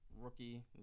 rookie